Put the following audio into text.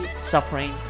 suffering